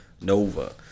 Nova